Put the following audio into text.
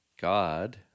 God